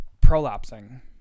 prolapsing